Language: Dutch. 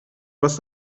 was